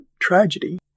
tragedy